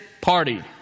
party